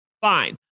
Fine